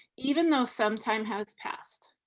even though some time has passed.